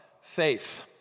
faith